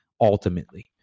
Ultimately